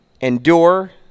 endure